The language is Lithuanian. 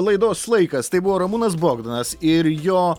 laidos laikas tai buvo ramūnas bogdanas ir jo